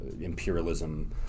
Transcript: imperialism